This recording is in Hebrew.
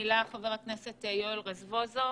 חבר הכנסת יואל רזבוזוב,